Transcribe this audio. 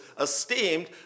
esteemed